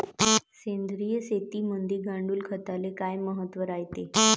सेंद्रिय शेतीमंदी गांडूळखताले काय महत्त्व रायते?